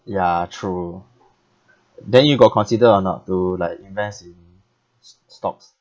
ya true then you got consider or not to like invest in s~ stocks